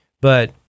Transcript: But-